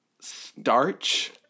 Starch